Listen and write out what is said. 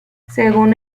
según